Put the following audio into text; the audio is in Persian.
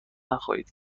نخواهید